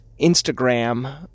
Instagram